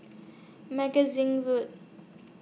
Magazine Road